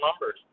numbers